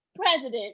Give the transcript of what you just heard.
president